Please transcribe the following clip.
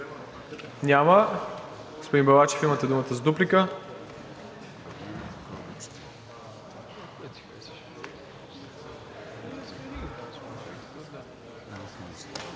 Няма. Господин Балачев, имате думата за дуплика.